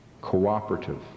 cooperative